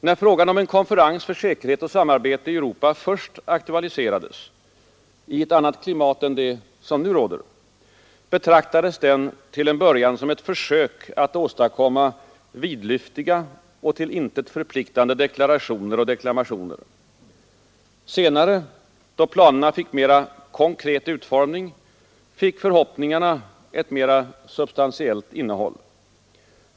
När frågan om en konferens för säkerhet och samarbete i Europa först aktualiserades — i ett annat klimat än det som nu råder — betraktades den till en början som ett försök att åstadkomma vidlyftiga och till intet förpliktande deklarationer och deklamationer. Senare, då planerna nått mera konkret utformning, fick förhoppningarna ett mer substantiellt innehåll.